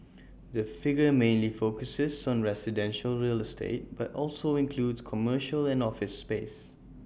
the figure mainly focuses on residential real estate but also includes commercial and office space